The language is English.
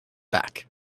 back